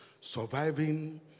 surviving